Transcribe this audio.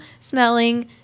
smelling